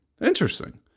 Interesting